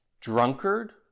drunkard